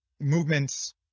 movements